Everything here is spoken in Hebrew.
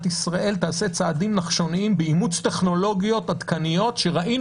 ישראל תעשה צעדים נחשוניים באימוץ טכנולוגיות עדכניות שראיתי